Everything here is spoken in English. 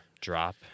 drop